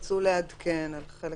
לעדכן על חלק